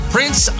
Prince